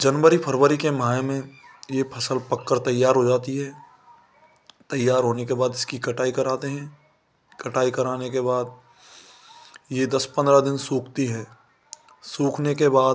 जनवरी फरवरी के माह में यह फसल पक कर तैयार हो जाती है तैयार होने के बाद इसकी कटाई कराते हैं कटाई कराने के बाद यह दस पंद्रह दिन सूखती है सूखने के बाद